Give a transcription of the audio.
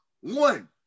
One